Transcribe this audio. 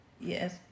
yes